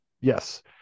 Yes